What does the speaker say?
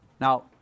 Now